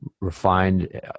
refined